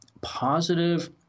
positive